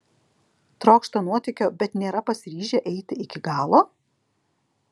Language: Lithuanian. trokšta nuotykio bet nėra pasiryžę eiti iki galo